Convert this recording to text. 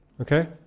Okay